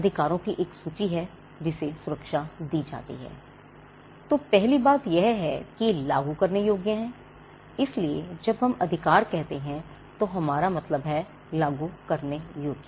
अधिकारों की एक सूची है जिसे सुरक्षा दी जाती है तो पहली बात यह है कि ये लागू करने योग्य हैं इसलिए जब हम अधिकार कहते हैं तो हमारा मतलब है लागू करने योग्य